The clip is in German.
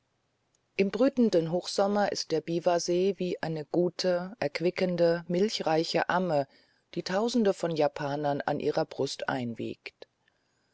im brütenden hochsommer ist der biwasee wie eine gute erquickende milchreiche amme die tausende von japanern an ihrer brust einwiegt